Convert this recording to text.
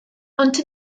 ond